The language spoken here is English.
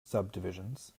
subdivisions